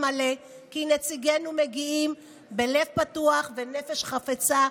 מלא כי נציגינו מגיעים בלב פתוח ונפש חפצה,